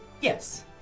yes